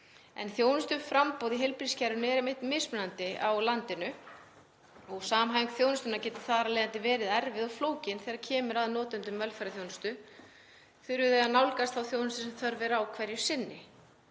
En þjónustuframboð í heilbrigðiskerfinu er mismunandi á landinu og samhæfing þjónustunnar getur þar af leiðandi verið erfið og flókin og þegar kemur að notendum velferðarþjónustu þurfum við að nálgast þá þjónustu sem þörf er á hverju sinni.